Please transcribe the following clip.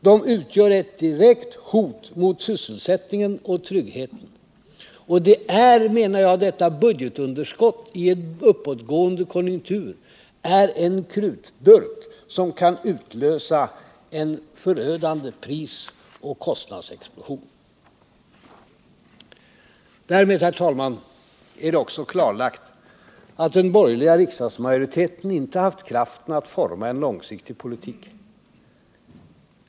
De utgör ett direkt hot mot sysselsättningen och tryggheten. Detta budgetunderskott är, menar jag, i en uppåtgående konjunktur en krutdurk, som kan utlösa en förödande prisoch kostnadsexplosion. Därmed är det, herr talman, också klarlagt att den borgerliga riksdagsmajoriteten inte haft kraften att forma en långsiktig politik.